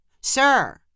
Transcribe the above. sir